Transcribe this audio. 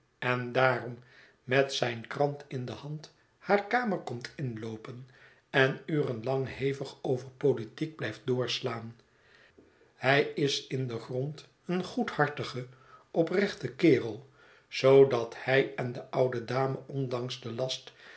en daarom met zijn krant in de hand haar kamer komt inloopen en uren lang hevig over politiek blijft doorslaan hij is in den grond een goedhartige oprechte kerel zoodat hij en de oude dame ondanks den last